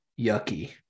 yucky